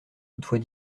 toutefois